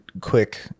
quick